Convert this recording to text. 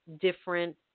different